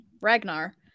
Ragnar